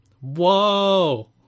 Whoa